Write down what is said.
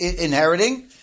inheriting